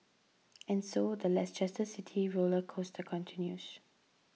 and so the City roller coaster continues